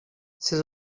ces